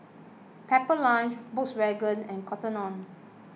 Pepper Lunch Volkswagen and Cotton on